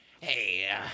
Hey